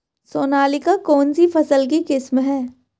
सोनालिका कौनसी फसल की किस्म है?